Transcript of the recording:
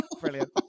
Brilliant